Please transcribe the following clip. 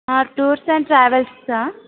sir tours and travels